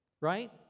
Right